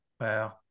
Wow